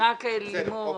רק ללימור.